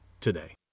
today